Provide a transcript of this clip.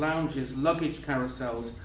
lounges, luggage carousels,